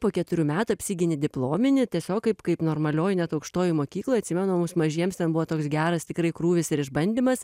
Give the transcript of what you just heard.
po keturių metų apsigini diplominį tiesiog kaip kaip normalioj net aukštojoj mokykloj atsimenu mažiems ten buvo toks geras tikrai krūvis ir išbandymas